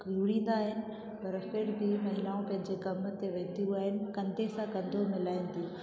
कूड़ींदा आहिनि पर फिर बि महिलाऊं पंहिंजे कम ते वेंदियूं आहिनि कंधे सां कंधो मिलाइनि थियूं